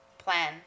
Plan